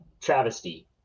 travesty